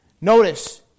Notice